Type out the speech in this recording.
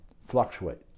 fluctuate